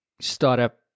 startup